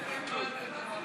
נתקבלה.